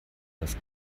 das